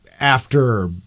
after-